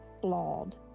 flawed